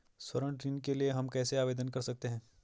स्वर्ण ऋण के लिए हम कैसे आवेदन कर सकते हैं?